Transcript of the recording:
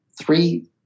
three